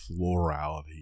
florality